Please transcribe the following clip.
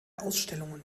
ausstellungen